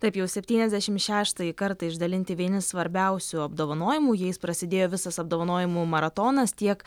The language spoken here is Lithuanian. taip jau septyniasdešim šeštąjį kartą išdalinti vieni svarbiausių apdovanojimų jais prasidėjo visas apdovanojimų maratonas tiek